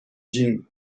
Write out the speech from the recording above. gin